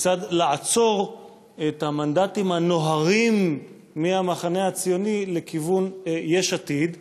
כיצד לעצור את המנדטים הנוהרים מהמחנה הציוני לכיוון יש עתיד.